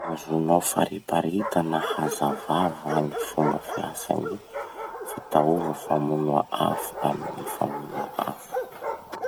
Azonao fariparita na hazavà va ny fomba fiasan'ny fitaova famonoa afo amy gny famonoa afo?